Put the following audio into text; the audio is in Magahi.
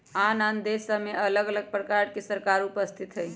आन आन देशमें अलग अलग प्रकार के सरकार उपस्थित हइ